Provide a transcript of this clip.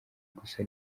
gusa